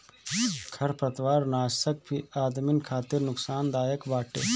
खरपतवारनाशक भी आदमिन खातिर नुकसानदायक बाटे